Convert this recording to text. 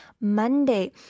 Monday